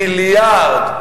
מיליארד.